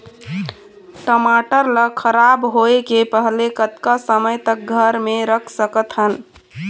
टमाटर ला खराब होय के पहले कतका समय तक घर मे रख सकत हन?